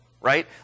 Right